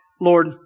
Lord